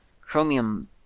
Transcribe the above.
Chromium